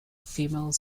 female